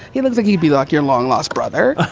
he looks like he'd be like your long lost brother.